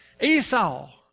Esau